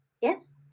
Yes